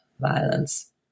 violence